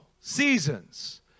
seasons